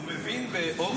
הוא מבין באוכל.